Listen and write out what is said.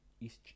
East